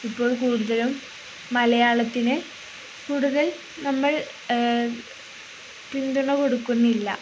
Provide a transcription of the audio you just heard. ഇപ്പോൾ കൂടുതലും മലയാളത്തിന് കൂടുതൽ നമ്മൾ പിന്തുണ കൊടുക്കുന്നില്ല